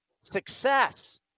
success